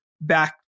back